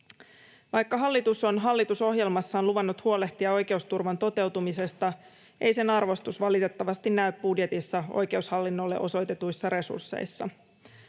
Vaikka hallitus on hallitusohjelmassaan luvannut huolehtia oikeusturvan toteutumisesta, ei sen arvostus valitettavasti näy budjetissa oikeushallinnolle osoitetuissa resursseissa.